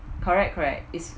correct correct is